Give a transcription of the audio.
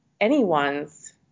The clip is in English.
anyone's